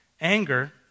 Anger